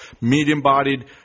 medium-bodied